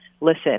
listen